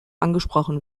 angesprochen